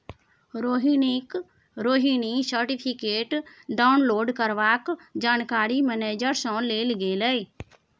Rohini certificate download करबाक जानकारी manager सँ लेल गेलै